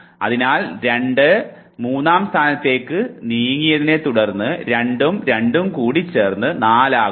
അതിനാൽ 2 മൂന്നാം സ്ഥാനത്തേക്ക് നീങ്ങി തുടർന്നു 2 ഉം 2 ഉം കൂടി ചേർന്ന് 4 ആകുന്നു